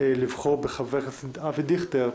לבחור בחבר הכנסת אבי דיכטר,